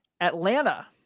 Atlanta